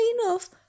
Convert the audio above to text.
enough